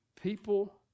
people